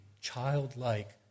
childlike